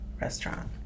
restaurant